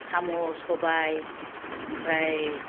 साम' सबाय ओमफ्राय